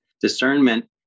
discernment